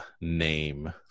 name